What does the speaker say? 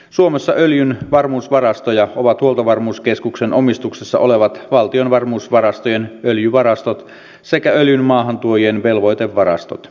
suomessa öljyn varmuusvarastoja ovat huoltovarmuuskeskuksen omistuksessa olevat valtion varmuusvarastojen öljyvarastot sekä öljyn maahantuojien velvoitevarastot